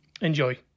Enjoy